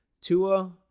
Tua